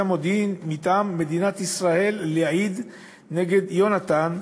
המודיעין מטעם מדינת ישראל להעיד נגד יונתן,